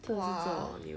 !wah!